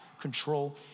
control